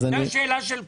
זו השאלה של כולם.